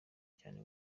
cyane